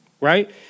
right